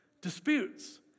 disputes